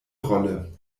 rolle